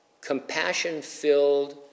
compassion-filled